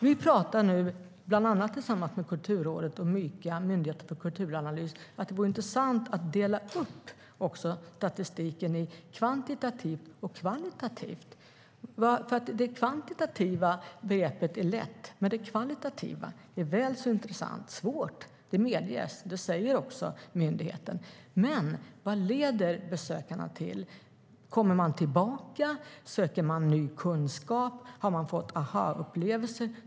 Vi pratar nu, bland annat tillsammans med Kulturrådet och Myndigheten för kulturanalys, om att det vore intressant att dela upp statistiken kvantitativt och kvalitativt. Det kvantitativa begreppet är lätt, men det kvalitativa är väl så intressant och svårt. Det säger också myndigheten. Men vad leder besöken till? Kommer besökarna tillbaka? Söker de ny kunskap? Har de fått aha-upplevelser?